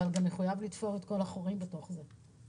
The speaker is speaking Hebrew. אבל גם מחויב לתפור את כל החורים בתוך זה.